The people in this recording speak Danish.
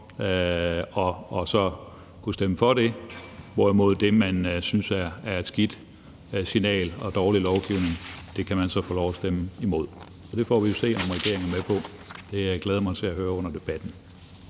og så kunne stemme for det, hvorimod det, man synes er et skidt signal og dårlig lovgivning, kan man få lov at stemme imod. Det får vi jo se om regeringen er med på. Det vil jeg glæde mig til at høre under debatten.